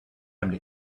him